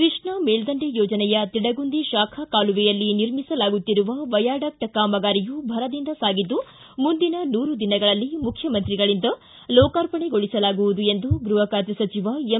ಕೃಷ್ಣಾ ಮೇಲ್ದಂಡೆ ಯೋಜನೆಯ ತಿಡಗುಂದಿ ಶಾಖಾ ಕಾಲುವೆಯಲ್ಲಿ ನಿರ್ಮಿಸಲಾಗುತ್ತಿರುವ ವಯಾಡಕ್ಟ್ ಕಾಮಗಾರಿಯು ಭರದಿಂದ ಸಾಗಿದ್ದು ಮುಂದಿನ ನೂರು ದಿನಗಳಲ್ಲಿ ಮುಖ್ಯಮಂತ್ರಿಗಳಿಂದ ಲೋಕಾರ್ಪಣೆಗೊಳಿಸಲಾಗುವುದು ಎಂದು ಗೃಹ ಖಾತೆ ಸಚಿವ ಎಂ